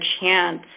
chance